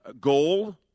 Gold